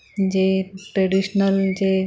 जे ट्रेडिशनल जे